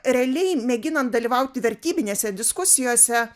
realiai mėginant dalyvauti vertybinėse diskusijose